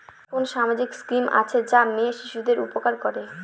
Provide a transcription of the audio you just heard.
কোন সামাজিক স্কিম আছে যা মেয়ে শিশুদের উপকার করে?